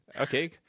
okay